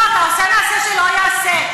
לא, אתה עושה מעשה שלא ייעשה.